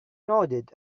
nodded